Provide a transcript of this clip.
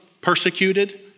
persecuted